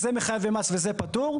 זה חייב במס וזה פטור.